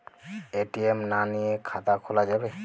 ATM না নিয়ে খাতা খোলা যাবে?